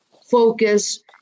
focus